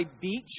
Beach